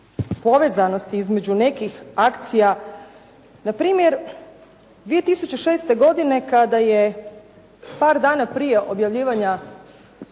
povezanosti između nekih akcija. Na primjer, 2006. godine kada je par dana prije objavljivanja